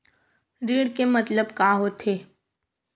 ऋण के मतलब का होथे?